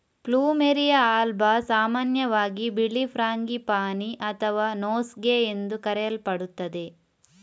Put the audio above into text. plumeria alba ಸಾಮಾನ್ಯವಾಗಿ ಬಿಳಿ frangipani ಅಥವಾ ನೋಸ್ಗೇ ಎಂದು ಕರೆಯಲ್ಪಡುತ್ತದೆ